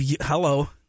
hello